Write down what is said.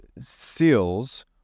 seals